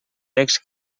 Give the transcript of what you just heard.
text